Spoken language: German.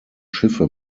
schiffe